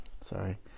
sorry